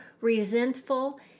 resentful